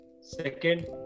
Second